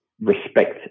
respect